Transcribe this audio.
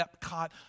Epcot